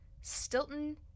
stilton